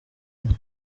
inka